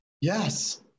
yes